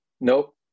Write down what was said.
Nope